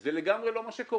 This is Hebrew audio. זה לגמרי לא מה שקורה.